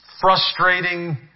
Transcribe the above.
frustrating